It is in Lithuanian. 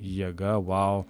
jėga vau